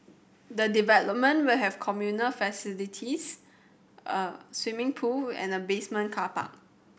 the development will have communal facilities a swimming pool and a basement car park